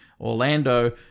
orlando